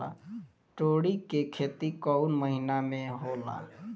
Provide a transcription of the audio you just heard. तोड़ी के खेती कउन महीना में होला?